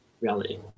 reality